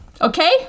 okay